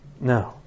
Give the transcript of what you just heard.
No